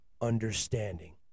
understanding